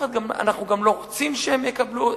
אנחנו רוצים שיקבלו אותם,